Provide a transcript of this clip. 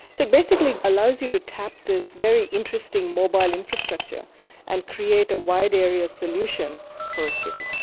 so it basically allows you to tap this very interesting mobile infrastructure and create a wide area solution for a city.